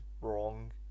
wrong